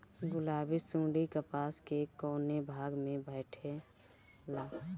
गुलाबी सुंडी कपास के कौने भाग में बैठे ला?